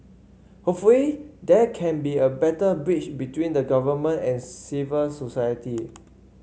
hopefully there can be a better bridge between the government and civil society